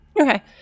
Okay